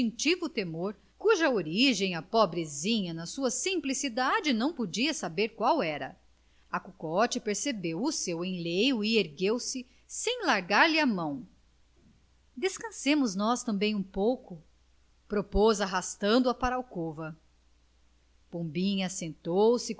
instintivo temor cuja origem a pobrezinha na sua simplicidade não podia saber qual era a cocote percebeu o seu enleio e ergueu-se sem largar lhe a mão descansemos nós também um pouco propôs arrastando a para a alcova pombinha assentou-se